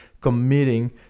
committing